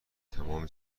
تمام